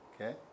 okay